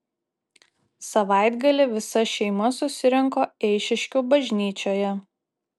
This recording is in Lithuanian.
savaitgalį visa šeima susirinko eišiškių bažnyčioje